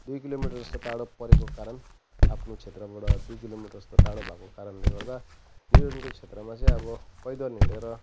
दुई किलोमिटर जस्तो टाढो परेको कारण आफ्नो क्षेत्रबाट दुई किलोमिटर जस्तो टाढो भाको कारणले गर्दा निर्वाचनको क्षेत्रमा चाहिँ अब पैदल हिँडेर